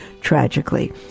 tragically